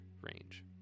range